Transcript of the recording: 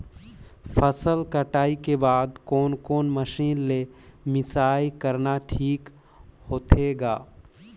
फसल कटाई के बाद कोने कोने मशीन ले मिसाई करना ठीक होथे ग?